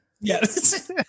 Yes